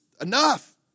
enough